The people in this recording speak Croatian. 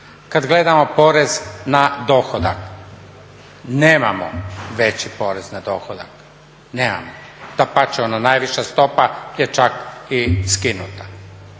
Kada gledamo porez na dohodak nemamo veći porez na dohodak, dapače ona najviša stopa je čak i skinuta,